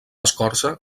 escorça